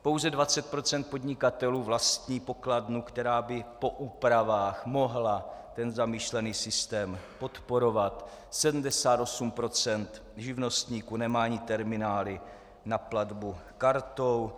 Pouze 20 % podnikatelů vlastní pokladnu, která by po úpravách mohla ten zamýšlený systém podporovat, 78 % živnostníků nemá ani terminály na platbu kartou.